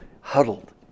huddled